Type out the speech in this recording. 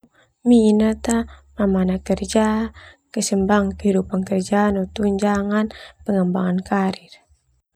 Minat mamana kerja keseimbangan kehidupan kerja no tunjangan pengembangan karir.